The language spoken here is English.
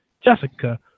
Jessica